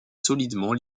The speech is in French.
solidement